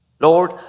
Lord